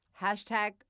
Hashtag